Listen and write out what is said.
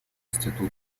институтов